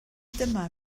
dyma